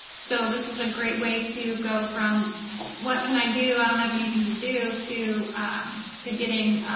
so this is a great way to go from what can i do, i don't have anything to do to um to getting